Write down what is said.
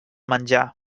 menjar